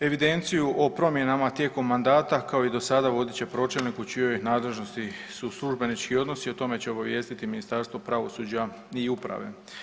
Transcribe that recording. Evidenciju o promjenama tijekom mandata kao i do sada vodit će pročelnik u čijoj nadležnosti su službenički odnosi, o tome će obavijestiti Ministarstvo pravosuđa i uprave.